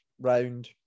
round